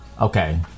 Okay